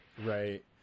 Right